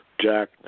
Jack